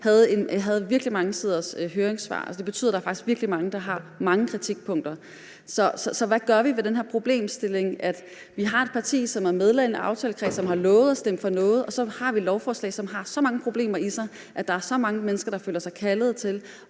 havde virkelig mange siders høringssvar. Det betyder, at der faktisk er virkelig mange, der har mange kritikpunkter. Så hvad gør vi ved den her problemstilling, at vi har et parti, som er medlem af en aftalekreds, og som har lovet at stemme for noget, og så har vi et lovforslag, som har så mange problemer i sig, at der er så mange mennesker, der føler sig kaldet til